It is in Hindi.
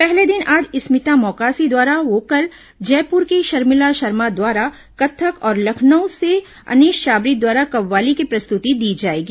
पहले दिन आज स्मिता मौकासी द्वारा वोकल जयपुर की शर्मिला शर्मा द्वारा कत्थक और लखनऊ के अनीस शाबरी द्वारा कव्वाली की प्रस्तुति दी जाएगी